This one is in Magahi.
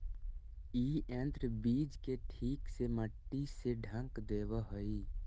इ यन्त्र बीज के ठीक से मट्टी से ढँक देवऽ हई